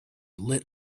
lit